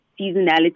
seasonality